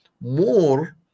more